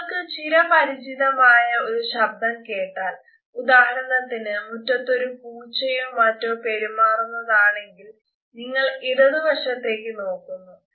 നിങ്ങൾക് ചിരപരിചിതമായ ഒരു ശബ്ദം കേട്ടാൽ ഉദാഹരണത്തിന് മുറ്റത്തു ഒരു പൂച്ചയോ മറ്റോ പെരുമാറുന്നതാണെങ്കിൽ നിങ്ങൾ ഇടതു വശത്തേക്ക് നോക്കുന്നു